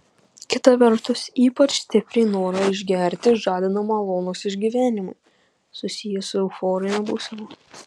kita vertus ypač stipriai norą išgerti žadina malonūs išgyvenimai susiję su euforine būsena